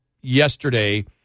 yesterday